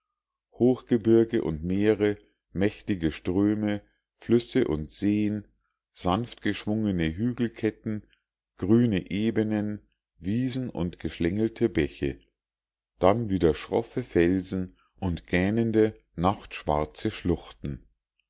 hochgebirge und meere mächtige ströme flüsse und seen sanftgeschwungene hügelketten grüne ebenen wiesen und geschlängelte bäche dann wieder schroffe felsen und gähnende nachtschwarze schluchten